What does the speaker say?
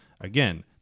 again